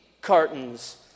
cartons